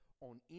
on